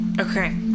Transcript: Okay